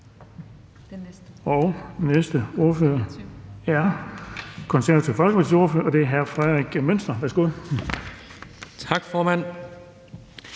Den næste ordfører er Det Konservative Folkepartis ordfører, og det er hr. Frederik Bloch Münster. Værsgo. Kl.